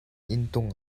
inntung